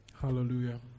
Hallelujah